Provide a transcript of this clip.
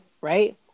right